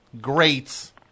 greats